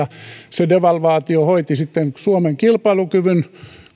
devalvaatio hoiti sitten suomen kilpailukyvyn